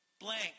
blank